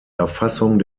erfassung